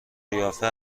قیافه